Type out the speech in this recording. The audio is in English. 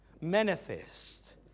manifest